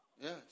Yes